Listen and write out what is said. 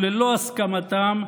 וללא הסכמתם,